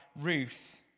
Ruth